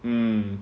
um